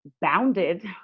bounded